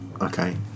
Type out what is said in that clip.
Okay